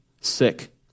sick